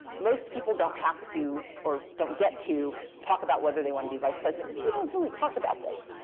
most people don't have to or don't get to talk about whether they want to be vice president, because you don't really talk about this.